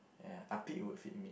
ya would fit me